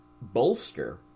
Bolster